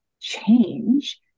change